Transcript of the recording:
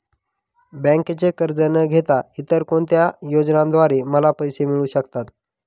बँकेचे कर्ज न घेता इतर कोणत्या योजनांद्वारे मला पैसे मिळू शकतात?